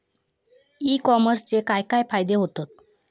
E कॉमर्सचे काय काय फायदे होतत?